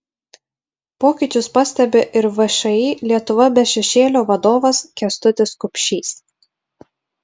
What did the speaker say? pokyčius pastebi ir všį lietuva be šešėlio vadovas kęstutis kupšys